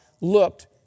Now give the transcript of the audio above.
looked